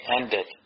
ended